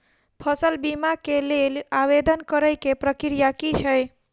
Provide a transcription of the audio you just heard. फसल बीमा केँ लेल आवेदन करै केँ प्रक्रिया की छै?